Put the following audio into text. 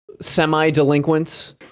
Semi-delinquents